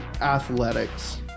athletics